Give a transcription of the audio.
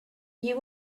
you